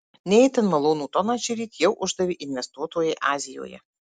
ne itin malonų toną šįryt jau uždavė investuotojai azijoje